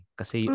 kasi